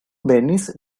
venis